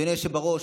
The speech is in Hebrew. אדוני היושב-ראש,